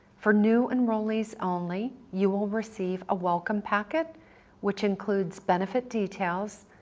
for new enrollees only, you will receive a welcome packet which includes benefit details,